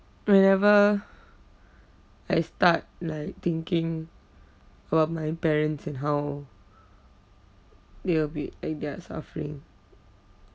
whenever I start like thinking about my parents and how they will be and their suffering